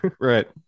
Right